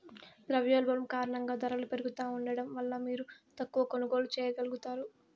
ద్రవ్యోల్బణం కారణంగా దరలు పెరుగుతా ఉండడం వల్ల మీరు తక్కవ కొనుగోల్లు చేయగలుగుతారు